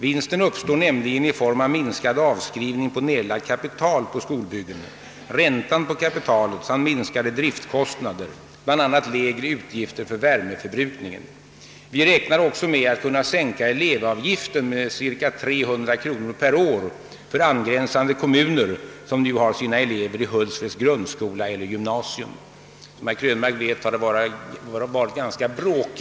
Vinsten uppstår nämligen i form av minskad avskrivning av nerlagt kapital på skolbyggen, räntan på kapitalet samt minskade driftkostnader, bl.a. lägre utgifter för värmeförbrukningen. Vi räknar också med att kunna sänka elevavgiften med ca 300 kr. per år för angränsande kommuner som nu har sina elever i Hultsfreds grundskola eller gymnasium. Det saxade skolschemat förutsätter också en mindre busspark än den som nu betjänar alla våra resande elever. Transportbesparingarna uppgår till 400 000—500 000 kr.